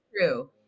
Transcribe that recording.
true